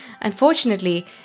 unfortunately